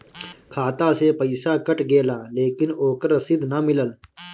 खाता से पइसा कट गेलऽ लेकिन ओकर रशिद न मिलल?